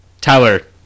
Tyler